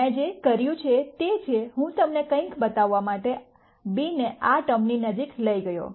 મેં જે કર્યું તે છે હું તમને કંઈક બતાવવા માટે b ને આ ટર્મની નજીક લઇ ગયો